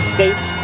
States